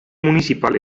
municipal